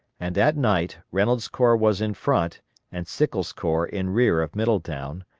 and at night reynolds' corps was in front and sickles' corps in rear of middletown,